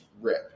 rip